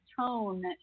tone